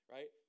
Right